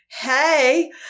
Hey